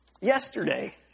Yesterday